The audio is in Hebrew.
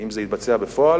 אני נותן לו לנמק בשמי.